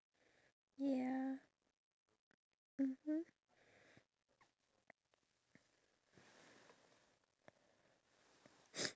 we don't really there's not much humanity in us if we tend to complain about the food as much